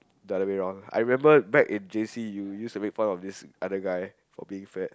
the other way around I remember back in j_c you used to make fun of this other guy for being fat